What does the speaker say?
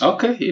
Okay